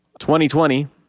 2020